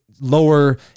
lower